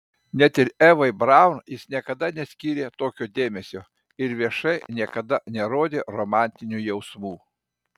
net ir evai braun jis niekada neskyrė tokio dėmesio ir viešai niekada nerodė romantinių jausmų